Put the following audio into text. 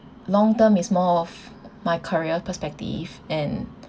long term is more of my career perspective and